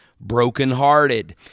brokenhearted